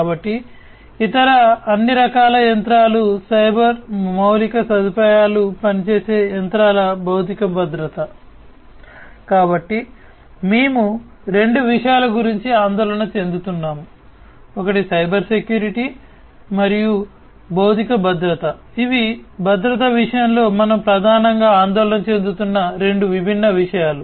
కాబట్టి ఇతర అన్ని రకాల యంత్రాలు సైబర్ మౌలిక సదుపాయాలు పనిచేసే యంత్రాల భౌతిక భద్రత కాబట్టి మేము రెండు విషయాల గురించి ఆందోళన చెందుతున్నాము ఒకటి సైబర్ సెక్యూరిటీ మరియు భౌతిక భద్రత ఇవి భద్రత విషయంలో మనం ప్రధానంగా ఆందోళన చెందుతున్న రెండు విభిన్న విషయాలు